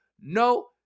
no